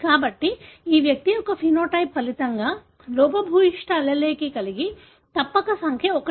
కాబట్టి ఈ వ్యక్తి యొక్కఫెనోటైప్ ఫలితంగా లోపభూయిష్ట allele కలిగి తప్పక సంఖ్య 1